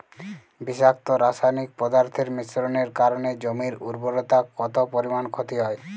বিষাক্ত রাসায়নিক পদার্থের মিশ্রণের কারণে জমির উর্বরতা কত পরিমাণ ক্ষতি হয়?